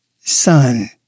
son